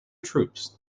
troops